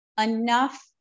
enough